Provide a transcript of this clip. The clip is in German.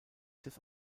des